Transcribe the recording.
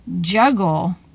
juggle